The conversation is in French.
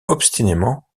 obstinément